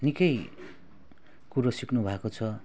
निकै कुरो सिक्नु भएको छ